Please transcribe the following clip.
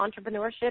entrepreneurship